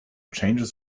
changes